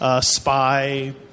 spy